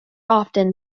often